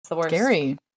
Scary